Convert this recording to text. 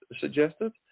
suggested